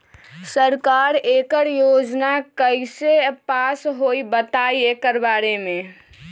सरकार एकड़ योजना कईसे पास होई बताई एकर बारे मे?